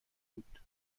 بود